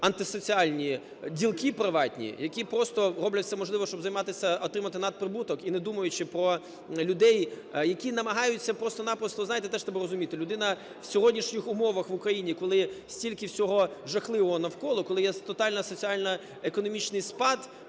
антисоціальні ділки приватні, які просто роблять усе можливе, щоб займатися, отримати надприбуток і не думаючи про людей, які намагаються просто-напросто… Ви знаєте, теж треба розуміти, людина в сьогоднішніх умовах в Україні, коли стільки всього жахливого навколо, коли є тотальний соціально-економічний спад,